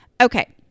Okay